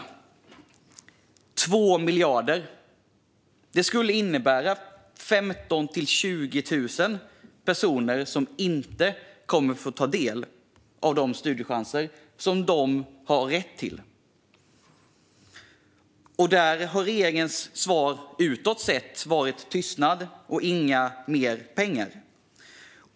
Om 2 miljarder lämnas tillbaka innebär det att 15 000-20 000 personer inte kommer att få ta del av de studiechanser de har rätt till. Regeringens svar utåt har varit tystnad och inga mer pengar.